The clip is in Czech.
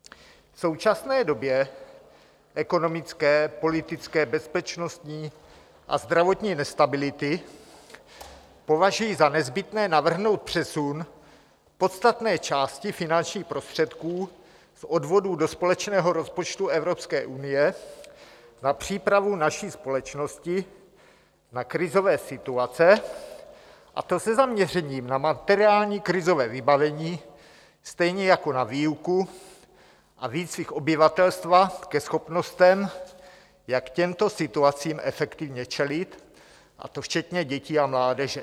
V současné době ekonomické, politické, bezpečnostní a zdravotní nestability považuji za nezbytné navrhnout přesun podstatné části finančních prostředků z odvodů do společného rozpočtu Evropské unie na přípravu naší společnosti na krizové situace, a to se zaměřením na materiální krizové vybavení, stejně jako na výuku a výcvik obyvatelstva ke schopnostem, jak těmto situacím efektivně čelit, a to včetně dětí a mládeže.